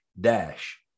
Dash